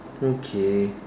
okay